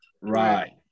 Right